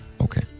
okay